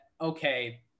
okay